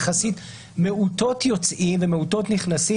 כי אלה מדינות יחסית מעוטות יוצאים ומעוטות נכנסים.